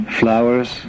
flowers